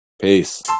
Peace